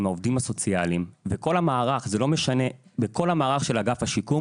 הסוציאליים וכל המערך של אגף השיקום,